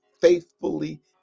faithfully